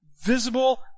Visible